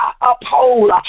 Uphold